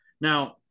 Now